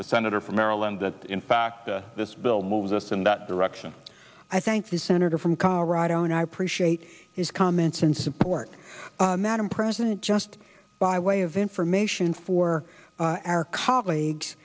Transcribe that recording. the senator from maryland that in fact this bill moves us in that direction i thank the senator from colorado and i appreciate his comments and support madam president just by way of information for our colleagues